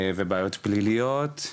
ובעיות פליליות,